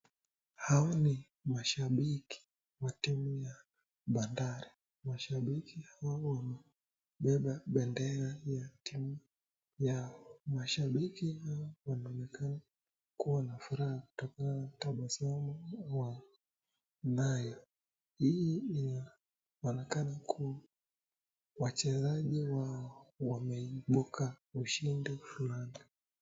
Hawa ni mashabiki wa timu ya Bandari. Mashabiki hawa wamebeba bendera ya timu yao. Mashabiki hawa wanaonekana kuwa na furaha kupitia tabasamu walionayo. Hii inaonekana kuwa wachezaji wao wameibuka ushindi fulani.